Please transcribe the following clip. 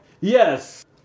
Yes